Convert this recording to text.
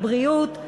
הבריאות,